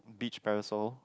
beach parasol